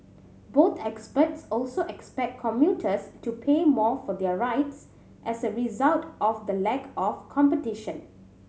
both experts also expect commuters to pay more for their rides as a result of the lack of competition